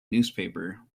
newspaper